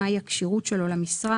מהי הכשירות שלו למשרה,